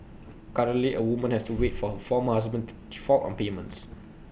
currently A woman has to wait for her former husband to default on payments